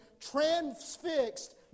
transfixed